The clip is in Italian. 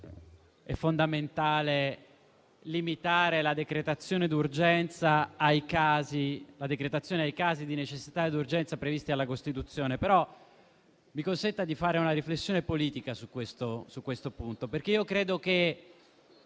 fondamentale limitare la decretazione ai casi di necessità e urgenza previsti dalla Costituzione. Mi consenta, però, di fare una riflessione politica su questo punto. Proprio nell'abuso